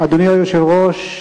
אדוני היושב-ראש,